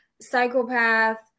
psychopath